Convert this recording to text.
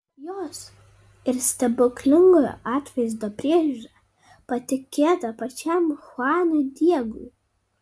jos ir stebuklingojo atvaizdo priežiūra patikėta pačiam chuanui diegui